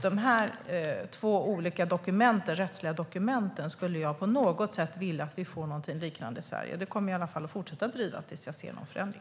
Det är två rättsliga dokument. Jag skulle vilja att vi får någonting liknande i Sverige. Det kommer jag i alla fall att fortsätta att driva tills jag ser någon förändring.